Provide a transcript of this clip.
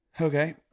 Okay